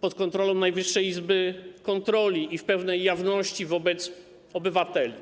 pod kontrolą Najwyższej Izby Kontroli i w pewnej jawności dla obywateli.